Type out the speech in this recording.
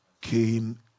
came